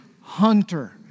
hunter